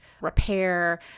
repair